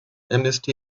amnesty